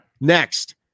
Next